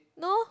no